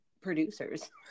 producers